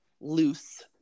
loose